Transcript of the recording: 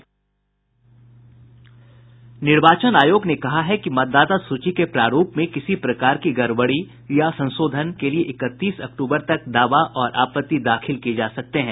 निर्वाचन आयोग ने कहा है कि मतदाता सूची के प्रारूप में किसी प्रकार की गड़बड़ी या संशोधन के लिए इकतीस अक्टूबर तक दावा और आपत्ति दाखिल किये जा सकते हैं